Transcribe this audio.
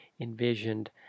envisioned